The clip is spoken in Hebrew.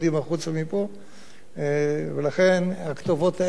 ולכן הכתובות האלה לא משרתות אף אחד מהצדדים.